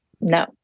No